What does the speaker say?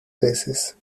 veces